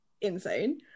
insane